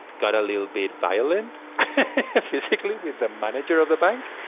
got a little bit violent physically with the manager of the bank.